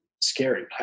scary